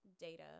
data